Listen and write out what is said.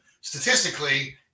statistically